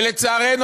ולצערנו,